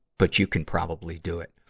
but you can probably do it.